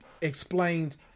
explains